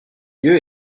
lieu